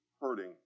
hurting